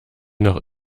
noch